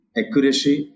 accuracy